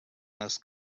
les